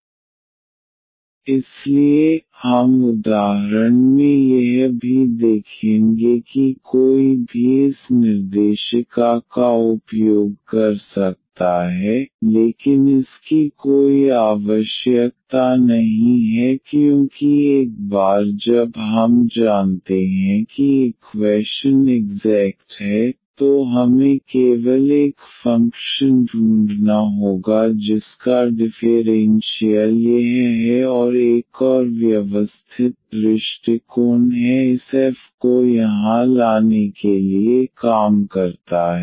N ∂g∂yisafunctionofyonly MdxtermofNnotcontainingxdyc इसलिए हम उदाहरण में यह भी देखेंगे कि कोई भी इस निर्देशिका का उपयोग कर सकता है लेकिन इसकी कोई आवश्यकता नहीं है क्योंकि एक बार जब हम जानते हैं कि इक्वैशन इग्ज़ैक्ट है तो हमें केवल एक फ़ंक्शन ढूंढना होगा जिसका डिफ़ेरेन्शियल यह है और एक और व्यवस्थित दृष्टिकोण है इस एफ को यहां लाने के लिए काम करता है